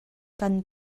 kan